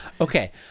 Okay